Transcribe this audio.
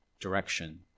direction